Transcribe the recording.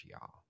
y'all